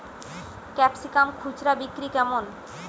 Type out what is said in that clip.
Capsicum খুচরা বিক্রি কেমন?